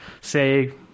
say